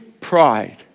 pride